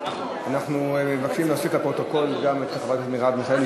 אנחנו מבקשים להוסיף לפרוטוקול גם את חברת הכנסת מרב מיכאלי,